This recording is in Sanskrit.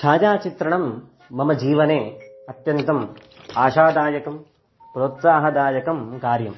छायाचित्रणं मम जीवने अत्यन्तम् आशादायकं प्रोत्साहनदायकं कार्यम्